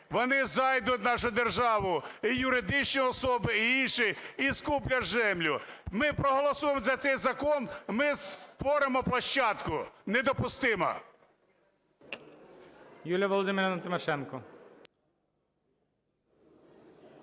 Вони зайдуть у нашу державу, і юридичні особи, і інші, і скуплять землю. Ми проголосуємо за цей закон - ми створимо площадку. Не допустимо!